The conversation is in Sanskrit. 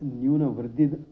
न्यूनवृद्धिः